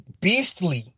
Beastly